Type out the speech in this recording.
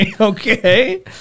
Okay